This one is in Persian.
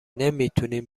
نمیتونین